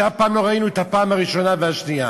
כשאף פעם לא ראינו את הפעם הראשונה והשנייה.